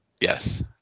Yes